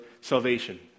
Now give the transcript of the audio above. salvation